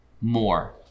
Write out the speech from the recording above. more